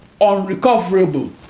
unrecoverable